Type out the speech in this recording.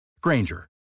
Granger